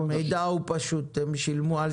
המידע הוא פשוט, הם שילמו על